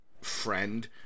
friend